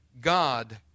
God